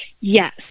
Yes